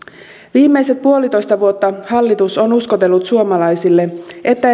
viimeiset puolitoista vuotta hallitus on uskotellut suomalaisille että